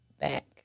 back